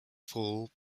fall